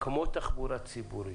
כמו תחבורה ציבורית,